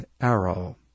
arrow